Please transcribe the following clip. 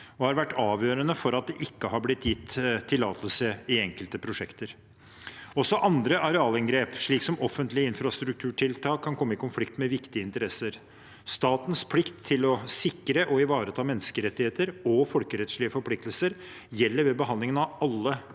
og har vært avgjørende for at det ikke har blitt gitt tillatelse i enkelte prosjekter. Også andre arealinngrep, som offentlige infrastrukturtiltak, kan komme i konflikt med viktige interesser. Statens plikt til å sikre og ivareta menneskerettigheter og folkerettslige forpliktelser gjelder ved behandlingen av alle